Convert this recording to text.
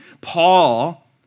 Paul